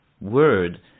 word